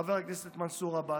חבר הכנסת מנסור עבאס.